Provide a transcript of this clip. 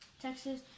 Texas